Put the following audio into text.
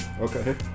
Okay